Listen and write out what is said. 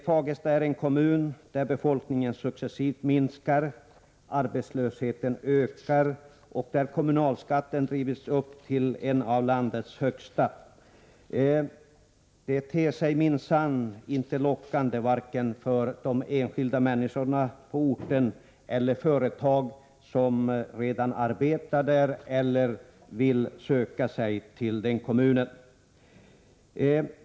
Fagersta är en kommun där befolkningen successivt minskar, där arbetslösheten ökar och där kommunalskatten drivits upp så att den blivit en av landets högsta. Det ter sig minsann inte lockande vare sig för de enskilda människorna på orten eller för de företag som redan verkar där eller vill söka sig dit.